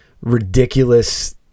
ridiculous